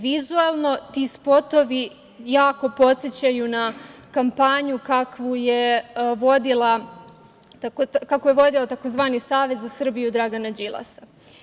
Vizuelno, ti spotovi jako podsećaju na kampanju kakvu je vodio tzv. Savez za Srbiju Dragana Đilasa.